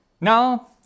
Now